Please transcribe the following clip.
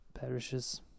parishes